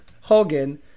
Hogan